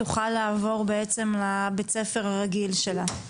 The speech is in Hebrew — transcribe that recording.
תוכל לעבור בעצם לבית הספר הרגיל שלה?